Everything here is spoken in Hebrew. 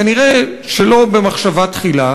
כנראה שלא במחשבה תחילה,